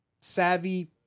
savvy